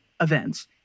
events